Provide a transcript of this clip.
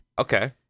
Okay